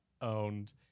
owned